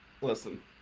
listen